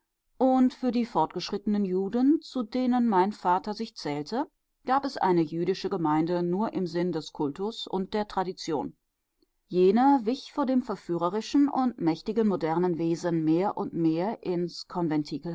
und für die fortgeschrittenen juden zu denen mein vater sich zählte gab es eine jüdische gemeinde nur im sinn des kultus und der tradition jener wich vor dem verführerischen und mächtigen modernen wesen mehr und mehr ins